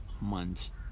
months